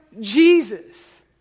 Jesus